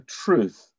truth